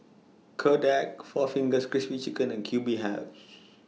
Kodak four Fingers Crispy Chicken and Q B House